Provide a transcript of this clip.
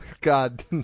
God